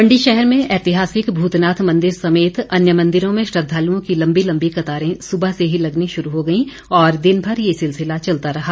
मंडी शहर में ऐतिहासिक भूतनाथ मंदिर समेत अन्य मंदिरों में श्रद्वालुओं की लंबी लंबी कतारे सुबह से ही लगनी शुरू हो गईं और दिन भर ये सिलसिला चलता रहा